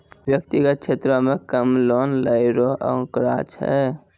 व्यक्तिगत क्षेत्रो म कम लोन लै रो आंकड़ा छै